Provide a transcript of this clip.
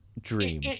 Dream